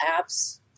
apps